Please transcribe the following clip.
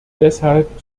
deshalb